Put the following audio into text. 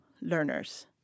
learners